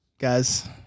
Guys